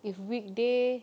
if weekday